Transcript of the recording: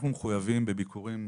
בודקים אותם.